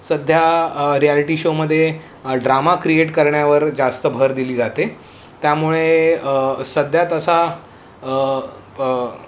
सध्या रियालिटी शोमध्ये drama create करण्यावर जास्त भर दिली जाते त्यामुळे सध्या तसा